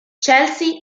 chelsea